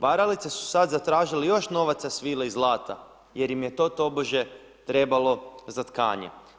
Varalice su sada zatražile još novaca, svile i zlata jer im je to tobože trebalo za tkanje.